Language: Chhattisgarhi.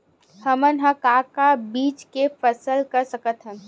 हमन ह का का बीज के फसल कर सकत हन?